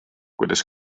kuidas